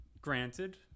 Granted